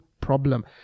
problem